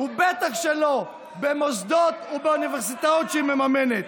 ובטח שלא במוסדות ובאוניברסיטאות שהיא מממנת.